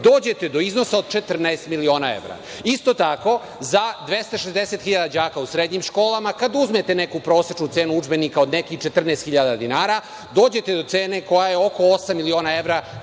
dođete do iznosa od 14 miliona evra. Isto tako, za 260 hiljada đaka u srednjim školama, kada uzmete neku prosečnu cenu udžbenika od nekih 14 hiljada dinara, dođete do cene koja je oko 8 miliona evra